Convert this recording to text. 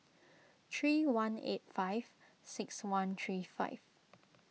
three one eight five six one three five